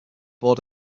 board